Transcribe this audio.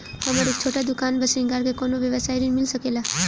हमर एक छोटा दुकान बा श्रृंगार के कौनो व्यवसाय ऋण मिल सके ला?